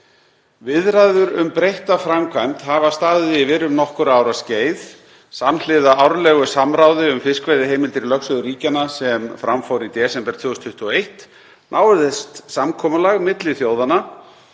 Viðræður um breytta framkvæmd hafa staðið yfir um nokkurra ára skeið. Samhliða árlegu samráði um fiskveiðiheimildir í lögsögu ríkjanna, sem fram fór í desember 2021, náðist samkomulag milli þjóðanna